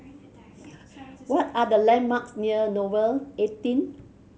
what are the landmarks near Nouvel eighteen